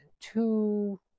two